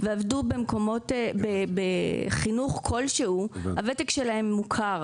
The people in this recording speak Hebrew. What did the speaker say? ועבדו בחינוך כל שהוא, הוותק שלהם מוכר.